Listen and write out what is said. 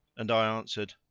and i answered,